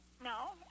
No